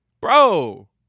Bro